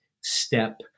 step